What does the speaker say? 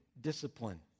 discipline